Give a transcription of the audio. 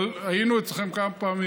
אבל היינו אצלכם כמה פעמים,